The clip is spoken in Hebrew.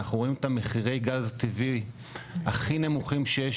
אנחנו רואים את מחירי הגז הטבעי הכי נמוכים שיש